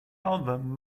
album